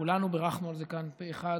כולנו בירכנו על זה כאן פה אחד,